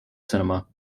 cinema